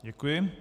Děkuji.